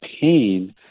pain